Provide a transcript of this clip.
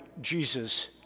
Jesus